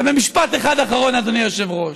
ומשפט אחד אחרון, אדוני היושב-ראש,